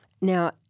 Now